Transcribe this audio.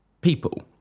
people